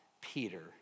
Peter